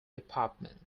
department